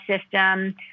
system –